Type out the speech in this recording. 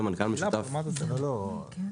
ומנכ"ל משותף לחברת פיפלביז.